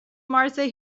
martha